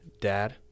Dad